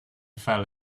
fell